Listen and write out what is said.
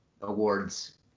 Awards